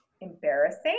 embarrassing